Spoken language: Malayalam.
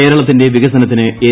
കേരളത്തിന്റെ വികസനത്തിന് എൻ